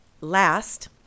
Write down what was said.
last